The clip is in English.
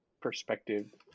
perspective